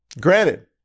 granted